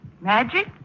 Magic